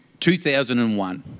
2001